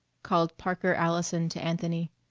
called parker allison to anthony.